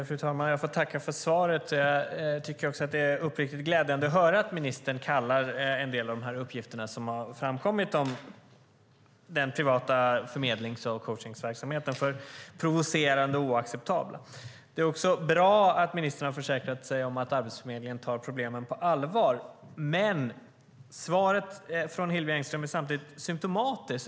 Fru talman! Jag får tacka för svaret. Det är uppriktigt glädjande att höra att ministern kallar en del av de uppgifter som framkommit om den privata förmedlings och coachningsverksamheten för "provocerande och oacceptabla". Det är också bra att ministern har försäkrat sig om att Arbetsförmedlingen tar problemen på allvar. Men svaret från Hillevi Engström är samtidigt symtomatiskt.